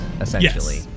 essentially